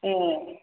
ए